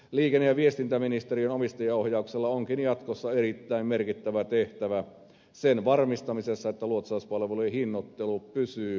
liikenne ja viestintäministeriön omistajaohjauksella onkin jatkossa erittäin merkittävä tehtävä sen varmistamisessa että luotsauspalvelujen hinnoittelu pysyy kohtuullisena